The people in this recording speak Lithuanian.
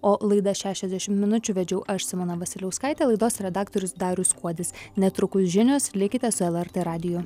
o laidą šešiasdešimt minučių vedžiau aš simona vasiliauskaitė laidos redaktorius darius kuodis netrukus žinios likite su lrt radiju